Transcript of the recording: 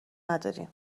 نداریم